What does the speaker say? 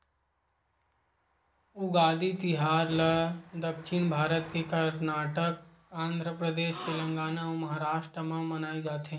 उगादी तिहार ल दक्छिन भारत के करनाटक, आंध्रपरदेस, तेलगाना अउ महारास्ट म मनाए जाथे